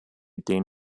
den